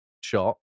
shot